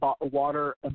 water